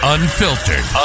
Unfiltered